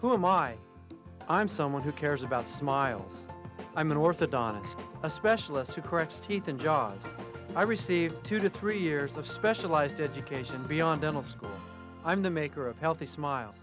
mark i'm someone who cares about smiles i'm an orthodox a specialist who corrects teeth and jaws i received two to three years of specialized education beyond dental school i'm the maker of healthy smile